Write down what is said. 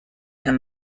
and